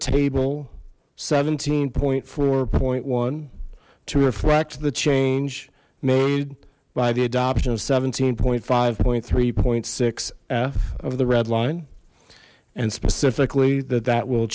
table seventeen point four point one to reflect the change made by the adoption of seventeen point five point three point six f of the redline and specifically that that will